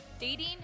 dating